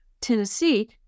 Tennessee